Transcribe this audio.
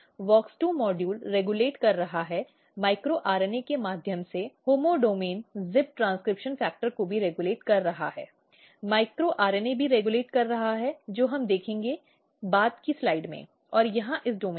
WOX2 module regulate कर रहा है माइक्रो आरएनए के माध्यम से होमोडोमैन जिप ट्रांसक्रिप्शन कारक को भी रेगुलेट कर रहा हैमाइक्रो आरएनए भी रेगुलेट कर रहा है जो हम देखेंगे कि बाद की स्लाइड्स में और यहां इस डोमेन में